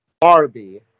Barbie